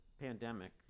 pandemic